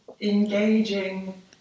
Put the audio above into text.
engaging